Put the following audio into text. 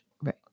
right